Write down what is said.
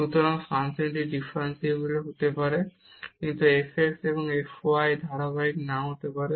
সুতরাং ফাংশনটি ডিফারেনসিবল হতে পারে কিন্তু f x এবং f y ধারাবাহিক নাও হতে পারে